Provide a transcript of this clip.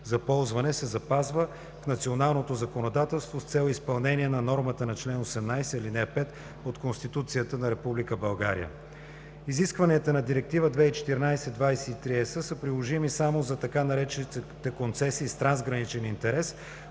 за ползване се запазва в националното законодателство с цел изпълнение на нормата на чл. 18, ал. 5 от Конституцията на Република България. Изискванията на Директива 2014/23/ЕС са приложими само за така наречените концесии с трансграничен интерес